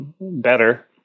better